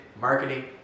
marketing